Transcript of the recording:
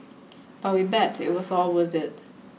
but we bet it was all worth it